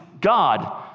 God